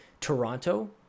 Toronto